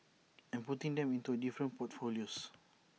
and putting them into different portfolios